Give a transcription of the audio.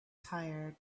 tired